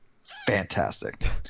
Fantastic